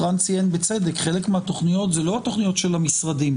רן ציין בצדק שחלק מהתכניות זה לא התכניות של המשרדים.